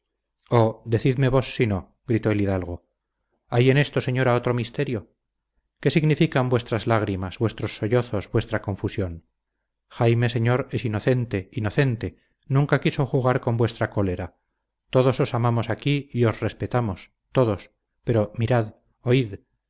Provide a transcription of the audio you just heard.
vos si no gritó el hidalgo hay en esto señora otro misterio qué significan vuestras lágrimas vuestros sollozos vuestra confusión jaime señor es inocente inocente nunca quiso jugar con vuestra cólera todos os amamos aquí y os respetamos todos pero mirad oíd